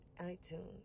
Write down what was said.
iTunes